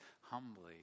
humbly